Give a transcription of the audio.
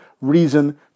reason